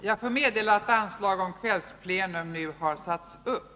Jag får meddela att anslag om kvällsplenum nu har satts upp.